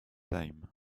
time